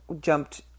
jumped